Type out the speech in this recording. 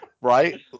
Right